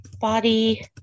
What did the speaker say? body